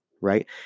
right